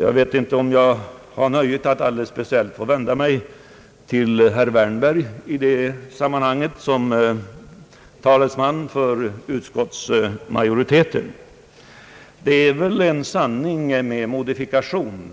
Jag vet inte om jag har nöjet att alldeles speciellt få vända mig till herr Wärnberg i hans egenskap av talesman för utskottsmajoriteten. Det är väl en sanning med modifikation,